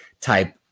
type